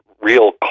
real